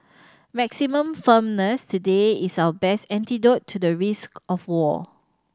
maximum firmness today is our best antidote to the risk of war